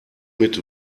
mit